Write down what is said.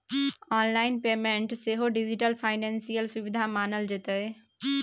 online payment सेहो digital financial सुविधा मानल जेतै